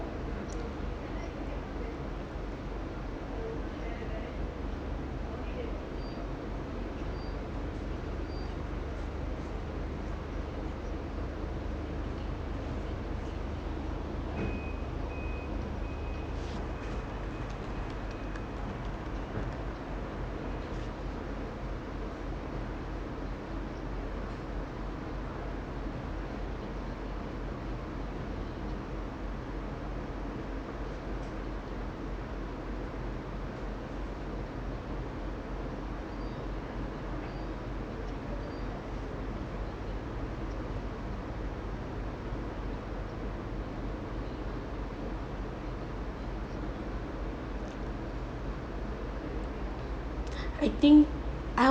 I think